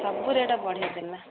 ସବୁ ରେଟ୍ ବଢ଼େଇ ଦେଲା